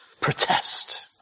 protest